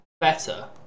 better